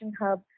hub